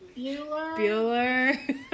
Bueller